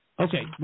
Okay